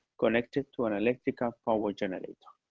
connected to an electrical power generator.